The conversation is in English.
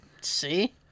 See